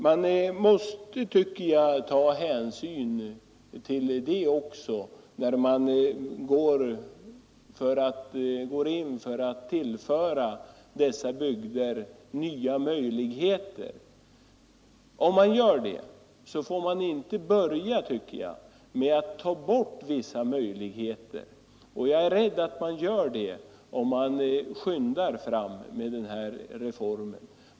Man måste, tycker jag, ta hänsyn till det också, när man går in för att tillföra dessa bygder nya möjligheter. Om man gör det får man inte börja med att ta bort vissa möjligheter — men jag är rädd att man gör det, om man skyndar fram med reformen.